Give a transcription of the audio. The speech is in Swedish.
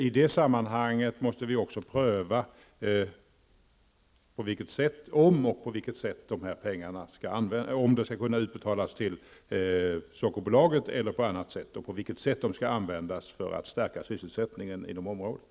I det sammanhanget måste vi också pröva om de här pengarna skall utbetalas till Sockerbolaget eller inte och på vilket sätt de skall användas för att stärka sysselsättningen inom området.